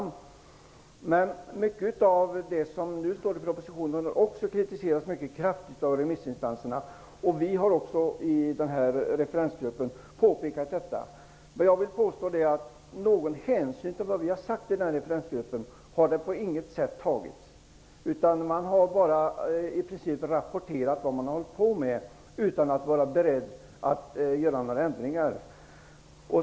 Men även mycket av det som nu står i propositionen kritiserades kraftigt av remissinstanserna. I referensgruppen har vi också påpekat detta. Jag vill påstå att det inte på något sätt har tagits hänsyn till vad vi har sagt i referensgruppen. Man har i princip bara rapporterat vad man har hållit på med och inte visat sig beredd att göra några ändringar.